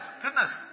goodness